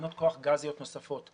תחנות כוח גזיות נוספות.